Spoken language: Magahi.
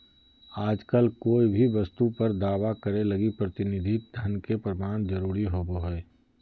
आजकल कोय भी वस्तु पर दावा करे लगी प्रतिनिधि धन के प्रमाण जरूरी होवो हय